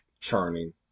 churning